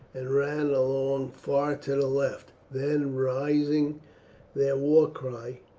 and ran along far to the left then, raising their war cry,